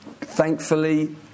Thankfully